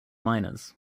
minors